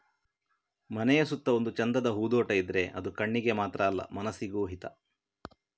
ಮನೆಯ ಸುತ್ತ ಒಂದು ಚಂದದ ಹೂದೋಟ ಇದ್ರೆ ಅದು ಕಣ್ಣಿಗೆ ಮಾತ್ರ ಅಲ್ಲ ಮನಸಿಗೂ ಹಿತ